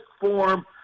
form